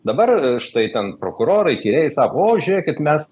dabar štai ten prokurorai tyrėjai sako o žiūrėkit mes